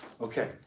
Okay